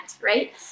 right